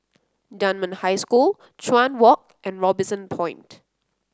Dunman High School Chuan Walk and Robinson Point